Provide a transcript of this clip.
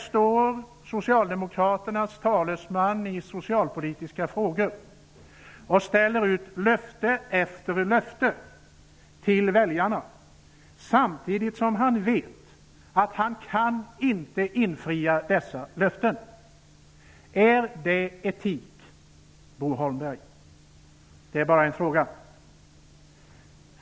Socialdemokraternas talesman i socialpolitiska frågor ställer ut löfte efter löfte till väljarna, samtidigt som han vet att han inte kan infria dessa löften. Är det etik, Bo Holmberg? Det är bara en fråga.